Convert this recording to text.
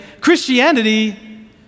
Christianity